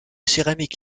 céramiques